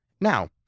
Now